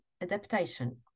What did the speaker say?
adaptation